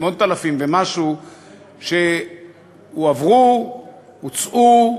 8,000 ומשהו שהועברו, הוצאו,